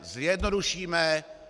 Zjednodušíme.